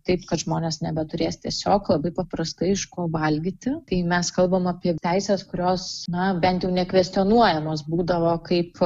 taip kad žmonės nebeturės tiesiog labai paprastai iš ko valgyti tai mes kalbam apie teises kurios na bent jau nekvestionuojamos būdavo kaip